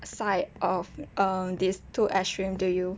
side of um this two extremes do you